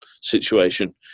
situation